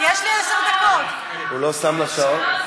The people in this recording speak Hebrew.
הוא לא שם את השעון.